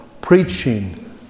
preaching